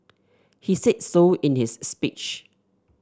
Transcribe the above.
he said so in his speech